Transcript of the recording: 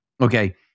Okay